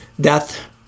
death